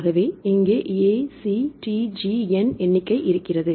ஆகவே இங்கே A C T G எண் எண்ணிக்கை இருக்கிறது